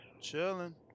Chilling